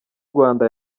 rwanda